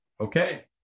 Okay